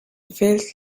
felt